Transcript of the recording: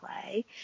play